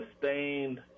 sustained